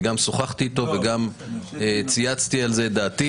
אני גם שוחחתי איתו וגם צייצתי על זה את דעתי.